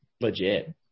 Legit